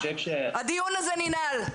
הדיון הזה ננעל.